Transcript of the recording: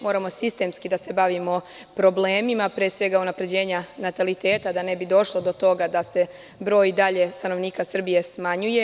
Moramo sistemski da se bavimo problemima, pre svega unapređenja nataliteta, da ne bi došlo do toga da se broj i dalje stanovnika Srbije smanjuje.